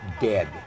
dead